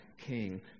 king